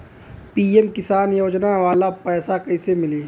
PM Kisan योजना वाला पैसा कईसे मिली?